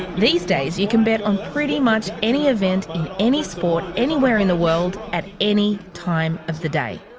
these days you can bet on pretty much any event, in any sport, anywhere in the world, at any time of the day.